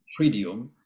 tritium